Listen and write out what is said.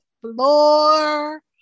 floor